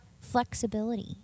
Flexibility